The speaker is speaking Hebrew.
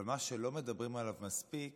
אבל מה שלא מדברים עליו מספיק